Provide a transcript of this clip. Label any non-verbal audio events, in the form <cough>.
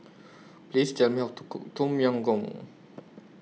<noise> Please Tell Me How to Cook Tom Yam Goong